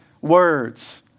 words